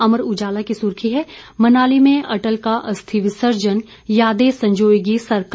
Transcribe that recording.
अमर उजाला की सुर्खी है मनाली में अटल का अस्थि विसर्जन यादें संजोएंगी सरकार